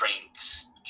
drinks